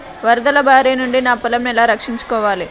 వరదల భారి నుండి నా పొలంను ఎలా రక్షించుకోవాలి?